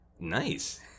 Nice